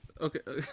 okay